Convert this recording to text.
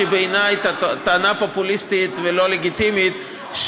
שבעיניי היא טענה פופוליסטית ולא לגיטימית,